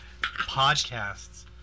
podcasts